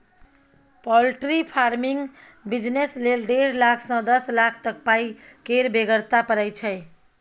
poultry फार्मिंगक business लेल डेढ़ लाख सँ दस लाख तक पाइ केर बेगरता परय छै